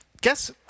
guess